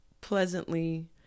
pleasantly